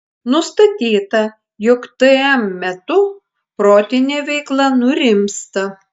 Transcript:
nustatyta jog tm metu protinė veikla nurimsta